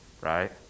right